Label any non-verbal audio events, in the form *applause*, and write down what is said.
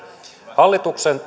hallituksen *unintelligible*